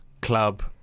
club